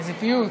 איזה פיוט,